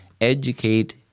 educate